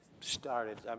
started